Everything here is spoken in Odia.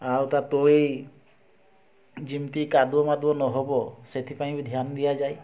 ଆଉ ଯେମିତି କାଦୁଅ ମାଦୁଅ ନହେବ ସେଥିପାଇଁ ବି ଧ୍ୟାନ ଦଆଯାଏ